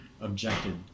objected